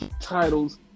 titles